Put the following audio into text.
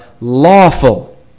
lawful